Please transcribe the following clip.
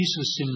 Jesus